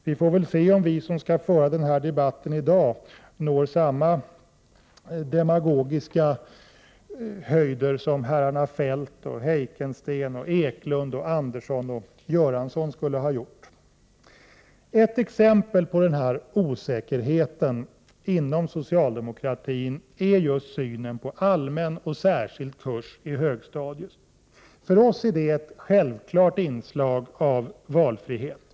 Vi får väl se om vi som skall föra debatten i dag når samma demagogiska höjder som herrarna Feldt, Heikensten, Eklundh, Andersson och Göransson. Ett exempel på den här osäkerheten inom socialdemokratin är just synen på allmän och särskild kurs i högstadiet. För oss är det ett självklart inslag av valfrihet.